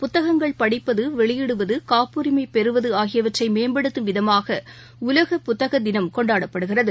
புத்தகங்கள் படிப்பது வெளியிடுவது காப்புரிமை பெறுவது ஆகியவற்றை மேம்படுத்தும் விதமாக உலக புத்தக தினம் கொண்டாடப்படுகிறது